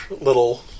little